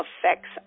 affects